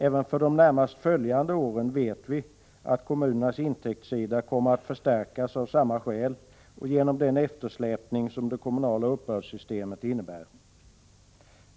Även för de närmast följande åren vet vi att kommunernas intäktssida kommer att förstärkas av samma skäl och genom den eftersläpning som det kommunala uppbördssystemet innebär.